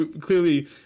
Clearly